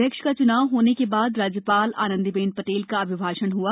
अध्यक्ष का च्नाव होने के बाद राज्यपाल आनंदीबेन पटेल का अभिभाषण हआ